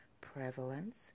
prevalence